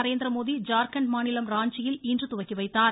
நரேந்திரமோடி ஜார்கண்ட் மாநிலம் ராஞ்சியில் இன்று துவக்கி வைத்தார்